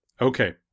Okay